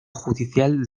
judicial